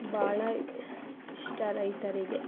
ಭಾಳ ಇಷ್ಟ ರೈತರಿಗೆ